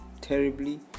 terribly